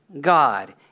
God